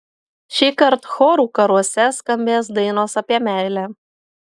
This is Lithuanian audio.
šįkart chorų karuose skambės dainos apie meilę